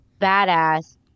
badass